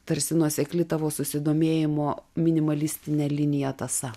tarsi nuosekli tavo susidomėjimo minimalistine linija tąsa